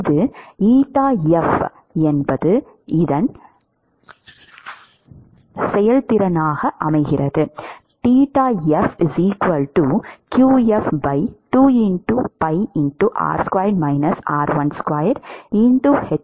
இது qf 2 piR2 -r12 h